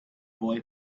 boy